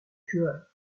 cueur